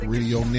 Radio